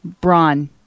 Braun